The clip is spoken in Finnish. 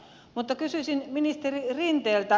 mutta kysyisin ministeri rinteeltä